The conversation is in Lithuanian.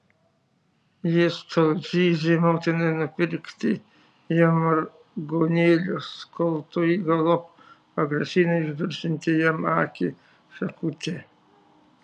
jis tol zyzė motinai nupirkti jam vargonėlius kol toji galop pagrasino išdursianti jam akį šakute